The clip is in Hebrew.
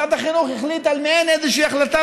משרד החינוך החליט על איזושהי החלטה,